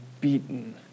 beaten